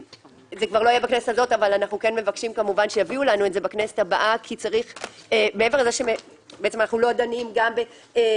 יש את נושא המתת התינוק שלא מורידים כרגע כי אנחנו לא דנים בו.